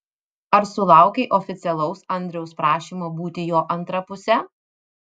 ar sulaukei oficialaus andriaus prašymo būti jo antra puse